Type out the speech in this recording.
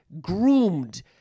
groomed